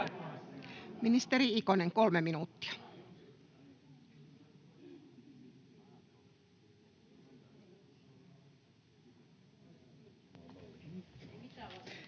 Ministeri Ikonen, kolme minuuttia.